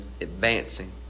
advancing